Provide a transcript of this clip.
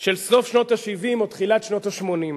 של סוף שנות ה-70 או תחילת שנות ה-80.